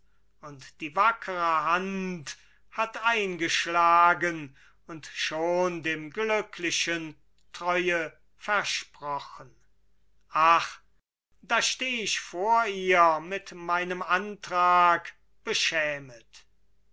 und die wackere hand hat eingeschlagen und schon dem glücklichen treue versprochen ach da steh ich vor ihr mit meinem antrag beschämet